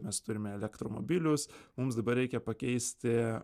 mes turime elektromobilius mums dabar reikia pakeisti